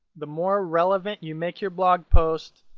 the more relevant you make your blog post,